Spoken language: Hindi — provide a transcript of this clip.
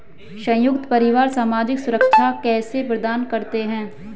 संयुक्त परिवार सामाजिक सुरक्षा कैसे प्रदान करते हैं?